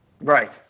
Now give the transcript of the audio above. Right